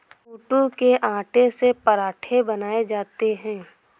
कूटू के आटे से पराठे बनाये जाते है